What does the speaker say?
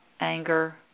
anger